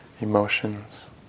emotions